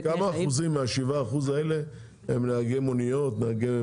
--- כמה אחוזים מה-7% האלה הם נהגים מקצועיים?